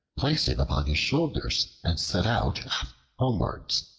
placed it upon his shoulders and set out homewards.